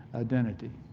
identity.